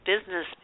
business